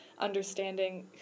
understanding